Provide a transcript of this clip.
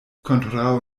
kontraŭ